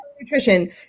nutrition